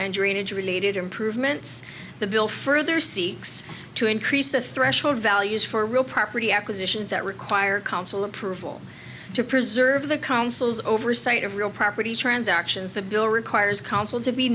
and drainage related improvements the bill further seeks to increase the threshold values for real property acquisitions that require council approval to preserve the council's oversight of real property transactions the bill requires council to be